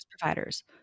providers